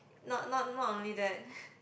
not not not only that